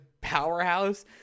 powerhouse